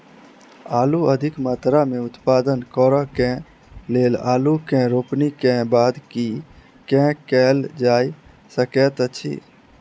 आलु अधिक मात्रा मे उत्पादन करऽ केँ लेल आलु केँ रोपनी केँ बाद की केँ कैल जाय सकैत अछि?